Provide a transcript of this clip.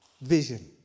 vision